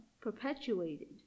perpetuated